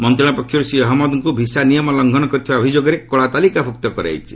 ମନ୍ତ୍ରଣାଳୟ ପକ୍ଷରୁ ଶ୍ରୀ ଅହମ୍ମଦଙ୍କୁ ଭିସା ନିୟମ ଲଙ୍ଘନ କରିଥିବା ଅଭିଯୋଗରେ କଳା ତାଲିକାଭୁକ୍ତ କରାଯାଇଛି